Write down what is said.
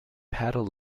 paddle